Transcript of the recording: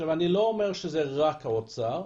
אני לא אומר שזה רק האוצר,